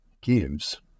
gives